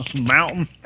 mountain